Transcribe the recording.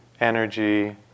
Energy